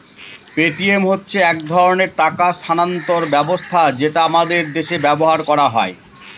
Paytm হচ্ছে এক ধরনের টাকা স্থানান্তর ব্যবস্থা যেটা আমাদের দেশে ব্যবহার করা হয়